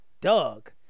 Doug